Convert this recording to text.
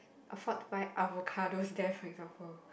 afford to buy avocados there for example